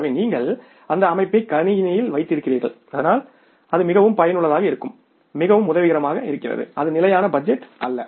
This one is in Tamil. எனவே நீங்கள் அந்த அமைப்பை கணினியில் வைத்துள்ளீர்கள் அதனால் அது மிகவும் பயனுள்ளதாக இருக்கும் மிகவும் உதவிகரமாக இருக்கிறது அது ஸ்டாடிக் பட்ஜெட் அல்ல